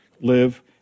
live